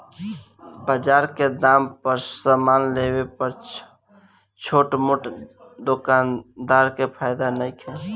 बजार के दाम पर समान लेवे पर त छोट मोट दोकानदार के फायदा नइखे